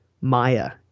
Maya